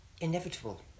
inevitable